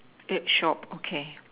at shop okay